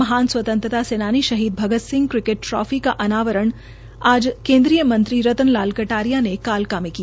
महान स्वतंत्रता सेनानी शहीद भगत सिंह क्रिकेट ट्राफी का अनावरण आज केन्द्रीय मंत्री रतन लाल कटारिया ने कालका में किया